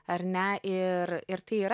ar ne ir ir tai yra